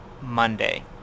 Monday